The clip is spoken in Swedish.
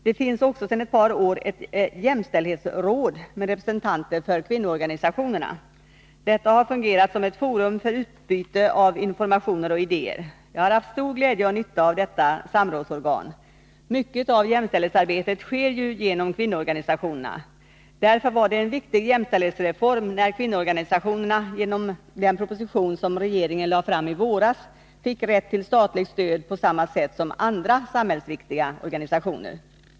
Det finns också sedan ett par år tillbaka ett jämställdhetsråd med representanter för kvinnoorganisationerna. Detta har fungerat som ett forum för utbyte av informationer och idéer. Jag hade stor glädje och nytta av detta samrådsorgan. Mycket av jämställdhetsarbetet sker ju genom kvinnoorganisationerna. Därför var det en viktig jämställdhetsreform när kvinnoorganisationerna, genom den proposition som regeringen lade fram i våras, fick rätt till statligt stöd på samma sätt som andra samhällsviktiga organisationer.